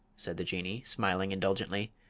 said the jinnee, smiling indulgently,